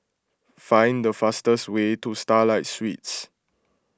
find the fastest way to Starlight Suites